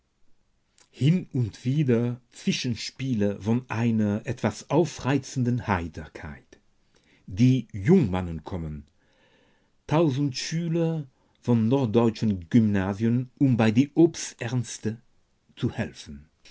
hin und wieder zwischenspiele von einer etwas aufreizenden heiterkeit die jungmannen kommen tausend schüler von norddeutschen gymnasien um bei der obsternte zu helfen